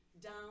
down